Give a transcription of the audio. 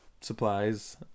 supplies